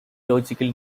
logical